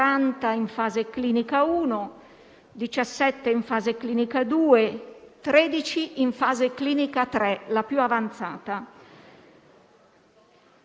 Ebbene non uno di questi, non uno, avrebbe potuto procedere o procederà senza sperimentazione animale.